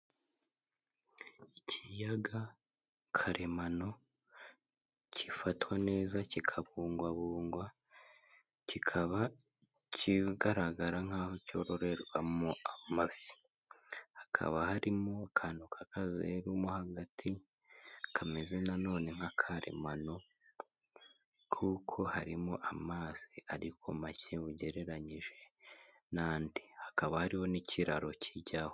Ikiyaga karemano gifatwa neza kikabungwabungwa, kikaba kigaragara nkaho cyororerwamo amafi. Hakaba harimo akantu k'akazeru mo hagati kameze nanone nk'akaremano kuko harimo amazi ariko make ugereranyije n'andi. Hakaba hariho n'ikiraro kijyaho.